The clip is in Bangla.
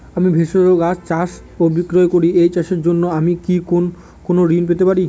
আমি ভেষজ গাছ চাষ ও বিক্রয় করি এই চাষের জন্য আমি কি কোন ঋণ পেতে পারি?